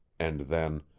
and then,